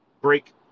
break